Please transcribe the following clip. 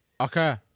Okay